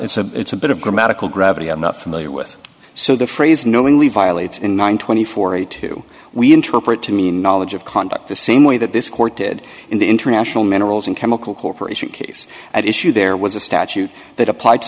it's a it's a bit of grammatical gravity enough familiar with so the phrase knowingly violates in one twenty four e two we interpret to mean knowledge of conduct the same way that this court did in the international minerals and chemical corporation case at issue there was a statute that applied to